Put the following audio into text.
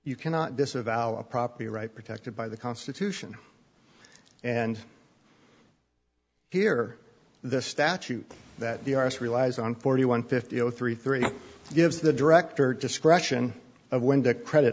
you cannot disavow a property right protected by the constitution and here the statute that the i r s relies on forty one fifty zero three three gives the director discretion of when the credit